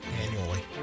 annually